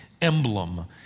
emblem